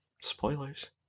Spoilers